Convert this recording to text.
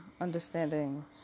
understanding